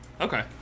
Okay